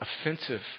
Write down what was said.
offensive